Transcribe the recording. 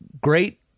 great